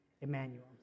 Emmanuel